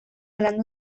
landu